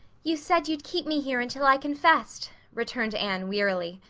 you said you'd keep me here until i confessed, returned anne wearily,